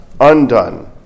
undone